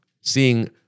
Seeing